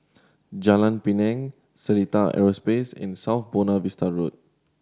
Jalan Pinang Seletar Aerospace and South Buona Vista Road